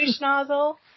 nozzle